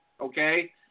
okay